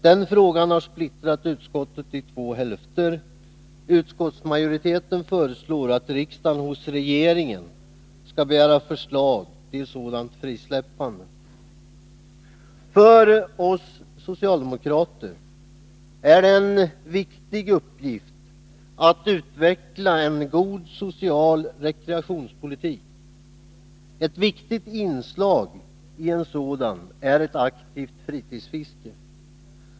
Den frågan har splittrat utskottet i två hälfter. Utskottsmajoriteten föreslår att riksdagen hos regeringen skall begära förslag till sådant frisläppande. För oss socialdemokrater är det en viktig uppgift att utveckla en god social rekreationspolitik. Ett viktigt inslag i en sådan är ett aktivt fritidsfiske.